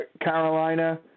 Carolina